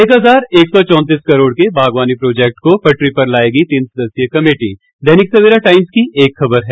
एक हजार एक सौ चौतीस करोड़ के बागवानी प्रोजैक्ट को पटरी पर लाएगी तीन सदस्यीय कमेटी दैनिक सवेरा टाइम्स की एक खबर है